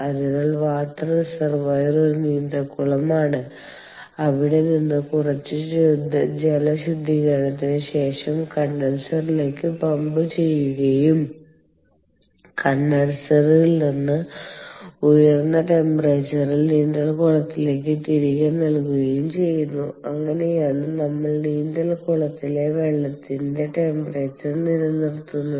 അതിനാൽ water reservoir ഒരു നീന്തൽക്കുളമാണ് അവിടെ നിന്ന് കുറച്ച് ജലശുദ്ധീകരണത്തിന് ശേഷം കണ്ടൻസറിലേക്ക് പമ്പ് ചെയ്യുകയും കണ്ടൻസറിൽ നിന്ന് ഉയർന്ന ടെമ്പറേച്ചറിൽ നീന്തൽക്കുളത്തിലേക്ക് തിരികെ നൽകുകയും ചെയ്യുന്നു അങ്ങനെയാണ് നമ്മൾ നീന്തൽക്കുളത്തിന്റെ വെള്ളത്തിന്റെ ടെമ്പറേച്ചർ നിലനിർത്തുന്നത്